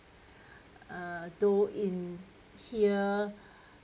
uh though in here